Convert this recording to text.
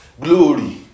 Glory